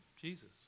jesus